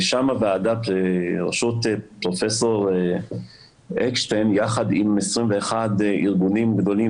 ושם הוועדה בראשות פרופ' אקשטיין יחד עם 21 ארגונים גדולים